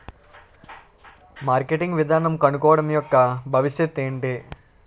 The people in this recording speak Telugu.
మార్కెటింగ్ విధానం కనుక్కోవడం యెక్క భవిష్యత్ ఏంటి?